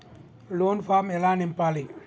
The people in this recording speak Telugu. లోన్ ఫామ్ ఎలా నింపాలి?